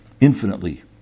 infinitely